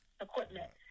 Equipment